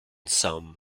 sum